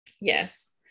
yes